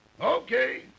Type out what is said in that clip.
Okay